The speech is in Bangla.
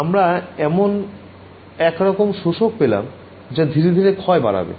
আমরা এমন একরকম শোষক পেলাম যা ধিরে ধিরে ক্ষয় বাড়াবে